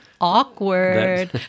Awkward